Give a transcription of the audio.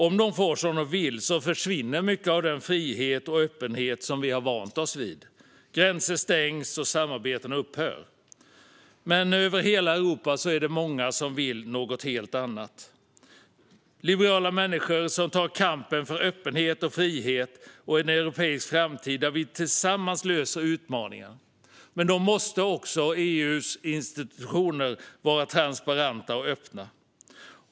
Om de får som de vill försvinner mycket av den frihet och öppenhet som vi har vant oss vid. Gränser stängs och samarbeten upphör. Men över hela Europa är det många som vill något helt annat - liberala människor som tar kampen för öppenhet, frihet och en europeisk framtid där vi tillsammans löser utmaningarna. Men då måste också EU:s institutioner vara transparenta och öppna.